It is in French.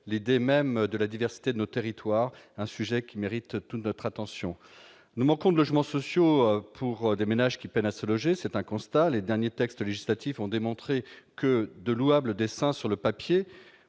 les des même de la diversité de nos territoires, un sujet qui mérite toute notre attention, nous manquons de logements sociaux pour des ménages qui peinent à se loger, c'est un constat : les derniers textes législatifs ont démontré que de louable dessein sur le papier